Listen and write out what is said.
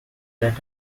that